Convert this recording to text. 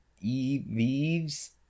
Eves